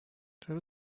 چرا